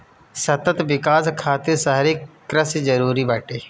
सतत विकास खातिर शहरी कृषि जरूरी बाटे